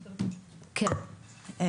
כן,